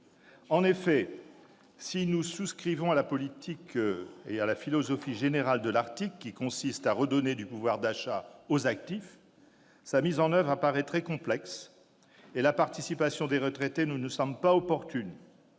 En effet, si nous souscrivons à la politique et à la philosophie générale de l'article consistant à redonner du pouvoir d'achat aux actifs, sa mise en oeuvre apparaît très complexe et la participation des retraités ne nous semble pas opportune.